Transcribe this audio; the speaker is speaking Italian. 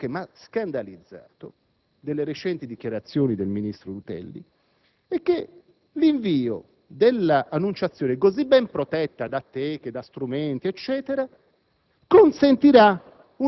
La cosa che più mi ha scandalizzato, delle recenti dichiarazioni del ministro Rutelli, è che l'invio dell'«Annunciazione», così ben protetta da teche e da strumenti, consentirà